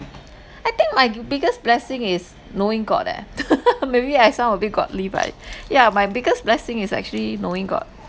I think my gi~ biggest blessing is knowing god eh maybe I sound a bit godly but yeah my biggest blessing is actually knowing god